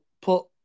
put